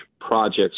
projects